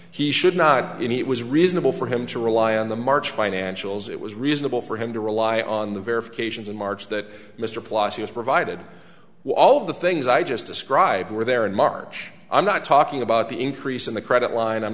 he should not be any it was reasonable for him to rely on the march financials it was reasonable for him to rely on the verifications in march that mr plushy has provided all of the things i just described were there in march i'm not talking about the increase in the credit line i'm